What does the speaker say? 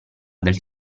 del